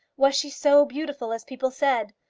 was she so beautiful as people said?